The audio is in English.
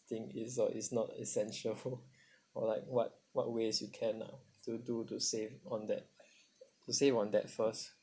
thing is uh is not essential or like what what ways you can lah to do to save on that to save on that first